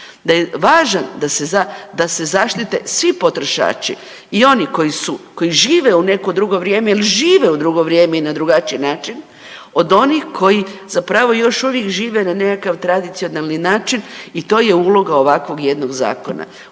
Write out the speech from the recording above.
da je važan da se zaštite svi potrošači i oni koji žive u neko drugo vrijeme jer žive u drugo vrijeme i na drugačiji način od onih koji zapravo još uvijek žive na nekakav tradicionalni način i to je uloga ovakvog jednog zakona.